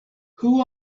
who